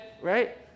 right